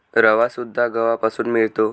रवासुद्धा गव्हापासून मिळतो